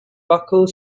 buckle